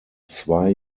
zwei